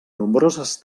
nombroses